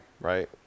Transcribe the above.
right